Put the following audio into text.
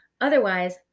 Otherwise